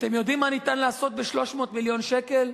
אתם יודעים מה ניתן לעשות ב-300 מיליון שקל?